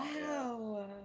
wow